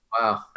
wow